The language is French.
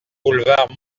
boulevard